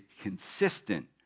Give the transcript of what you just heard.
consistent